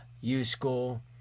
U-School